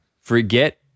Forget